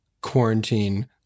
quarantine